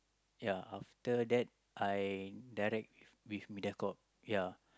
ya after that I direct with with Mediacorp ya